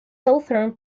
southern